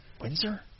Windsor